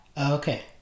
Okay